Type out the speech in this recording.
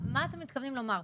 מה אתם מתכוונים לומר פה?